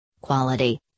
Quality